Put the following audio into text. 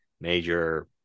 major